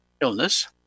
illness